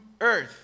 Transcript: earth